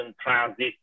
transit